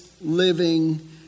living